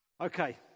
okay